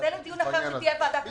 היד לכיס בעניין הזה.